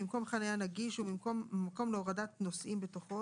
ממקום חניה נגיש וממקום להורדת נוסעים בתוכו,